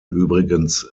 übrigens